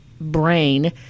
brain